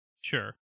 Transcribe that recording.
Sure